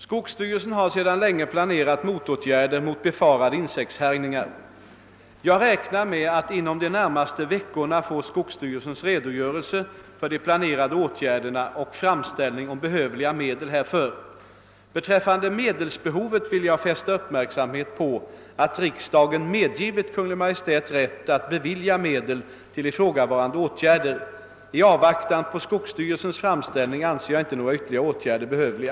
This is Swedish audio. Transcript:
Skogsstyrelsen har sedan länge planerat motåtgärder mot befarade insektshärjningar. Jag räknar med att inom de närmaste veckorna få skogsstyrelsens redogörelse för de planerade åtgärderna och framställning om behövliga medel härför. Beträffande medelsbehovet vill jag fästa uppmärksamhet på att riksdagen medgivit Kungl. Maj:t rätt att bevilja medel till ifrågavarande åtgärder. I avvaktan på skogsstyrelsens framställning anser jag inte några ytterligare åtgärder behövliga.